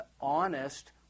honest